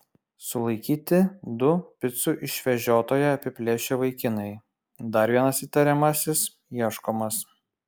sulaikyti du picų išvežiotoją apiplėšę vaikinai dar vienas įtariamasis ieškomas